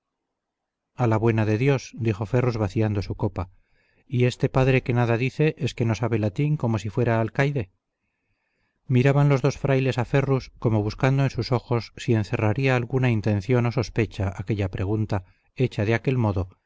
a la buena de dios dijo ferrus vaciando su copa y este padre que nada dice es que no sabe latín como si fuera alcaide miraban los dos frailes a ferrus como buscando en sus ojos si encerraría alguna intención o sospecha aquella pregunta hecha de aquel modo